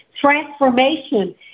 Transformation